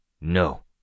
No